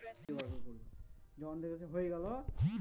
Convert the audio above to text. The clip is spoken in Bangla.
এক ধরনের ফল যেটা শুকিয়ে খাওয়া হয় যেমন কিসমিস